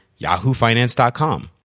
yahoofinance.com